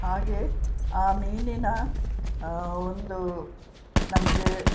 ಹಾಗೆ ಆ ಮೀನಿನ ಒಂದು ನಮಗೆ